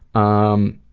um,